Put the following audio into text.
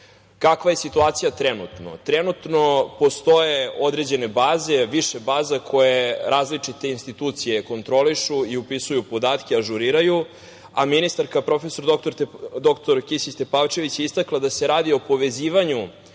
je situacija trenutno? Trenutno postoje određene baze, više baza koje različite institucije kontrolišu i upisuju podatke, ažuriraju, a ministarka prof. dr Kisić Tepavčević je istakla da se radi o povezivanju